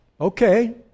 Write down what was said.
okay